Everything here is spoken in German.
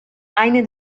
eine